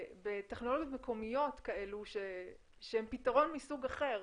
בטכנולוגיות מקומיות כאלו שהן פתרון מסוג אחר.